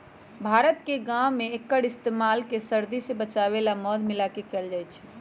भारत के गाँव में एक्कर इस्तेमाल बच्चा के सर्दी से बचावे ला मध मिलाके कएल जाई छई